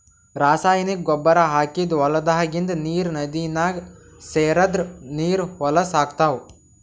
ರಾಸಾಯನಿಕ್ ಗೊಬ್ಬರ್ ಹಾಕಿದ್ದ್ ಹೊಲದಾಗಿಂದ್ ನೀರ್ ನದಿನಾಗ್ ಸೇರದ್ರ್ ನೀರ್ ಹೊಲಸ್ ಆಗ್ತಾವ್